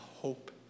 hope